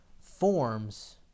Forms